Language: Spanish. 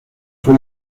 fue